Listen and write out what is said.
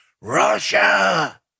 Russia